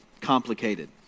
Complicated